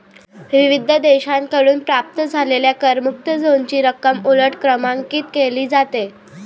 विविध देशांकडून प्राप्त झालेल्या करमुक्त झोनची रक्कम उलट क्रमांकित केली जाते